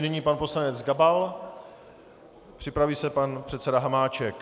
Nyní pan poslanec Gabal, připraví se pan předseda Hamáček.